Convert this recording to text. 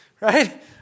Right